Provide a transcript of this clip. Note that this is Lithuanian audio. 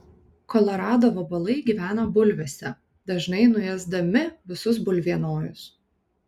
kolorado vabalai gyvena bulvėse dažnai nuėsdami visus bulvienojus